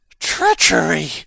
treachery